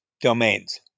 domains